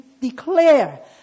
declare